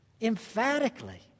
Emphatically